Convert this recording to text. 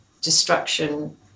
destruction